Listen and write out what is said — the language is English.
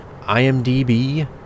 IMDb